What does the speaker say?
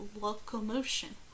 locomotion